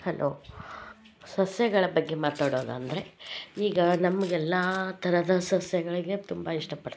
hello ಸಸ್ಯಗಳ ಬಗ್ಗೆ ಮಾತಾಡೋಣ ಅಂದರೆ ಈಗ ನಮಗೆಲ್ಲಾ ಥರದ ಸಸ್ಯಗಳಿಗೆ ತುಂಬ ಇಷ್ಟಪಡ್ತೀವಿ